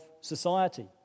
society